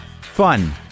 Fun